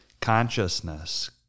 Consciousness